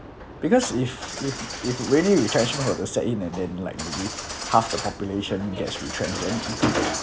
because if if if really retrenchment were to set in and then like maybe half the population gets retrenchment then